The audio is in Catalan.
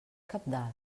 cabdal